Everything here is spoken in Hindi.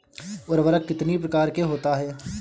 उर्वरक कितनी प्रकार के होता हैं?